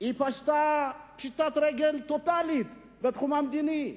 היא פשטה רגל, פשיטת רגל טוטלית בתחום המדיני.